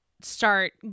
start